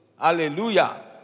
Hallelujah